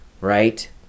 right